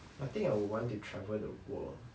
I think I would want to travel the world